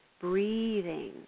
Breathing